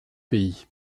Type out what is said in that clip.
pays